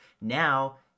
Now